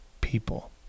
people